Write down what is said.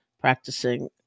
practicing